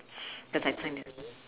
cause I sign the